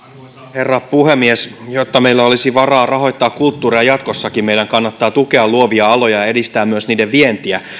herra puhemies jotta meillä olisi varaa rahoittaa kulttuuria jatkossakin meidän kannattaa tukea luovia aloja ja edistää myös niiden vientiä